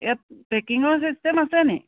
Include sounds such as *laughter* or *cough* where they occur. *unintelligible* পেকিঙৰ system আছেনি